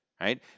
right